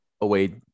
away